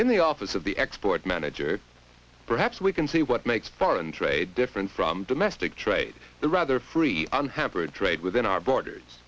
in the office of the export manager perhaps we can see what makes foreign trade different from domestic trade the rather free unhampered trade within our borders